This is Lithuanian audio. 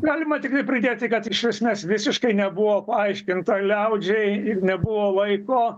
galima tikrai pridėti kad iš esmės visiškai nebuvo paaiškinta liaudžiai nebuvo laiko